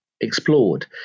explored